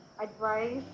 advice